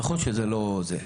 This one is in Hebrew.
נכון שזה לא זה,